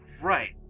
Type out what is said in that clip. Right